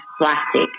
plastic